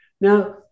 Now